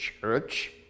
church